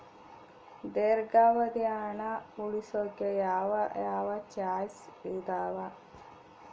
ದೇರ್ಘಾವಧಿ ಹಣ ಉಳಿಸೋಕೆ ಯಾವ ಯಾವ ಚಾಯ್ಸ್ ಇದಾವ?